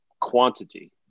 quantity